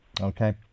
Okay